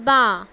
বাঁ